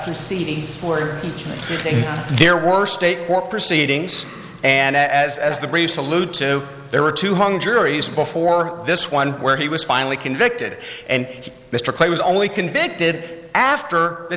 proceedings were to take their worst state court proceedings and as as the briefs alluded to there were two hung juries before this one where he was finally convicted and mr clay was only convicted after the